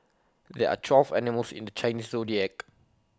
there are twelve animals in the Chinese Zodiac